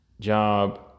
job